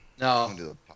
No